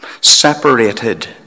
Separated